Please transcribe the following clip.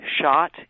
shot